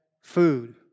food